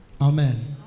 Amen